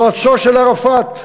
יועצו של ערפאת,